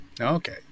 Okay